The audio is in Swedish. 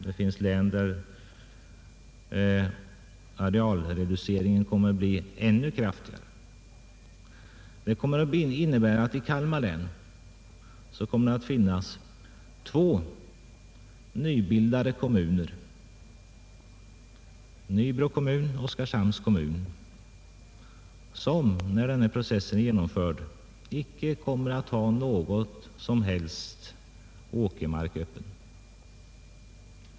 Det finns län där arealreduceringen kommer att bli ännu kraftigare. I Kalmar län kommer två nybildade kommuner, nämligen Nybro kommun och Oskarshamns kommun, när denna process är genomförd icke att ha någon som helst öppen åkermark.